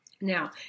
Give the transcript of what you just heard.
now